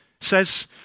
says